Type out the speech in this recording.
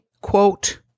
quote